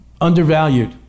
undervalued